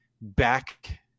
back